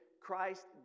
Christ